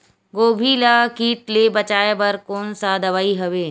गोभी ल कीट ले बचाय बर कोन सा दवाई हवे?